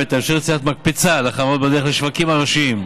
ותאפשר יצירת מקפצה לחברות בדרך לשווקים הראשיים,